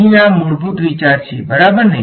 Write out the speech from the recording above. અહીં આ મૂળભૂત વિચાર છે બરાબરને